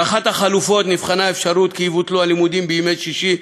באחת החלופות נבחנה האפשרות כי יבוטלו הלימודים בימי שישי,